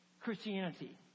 Christianity